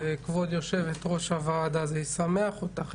כבוד יושבת ראש הוועדה, אני אשמח אותך.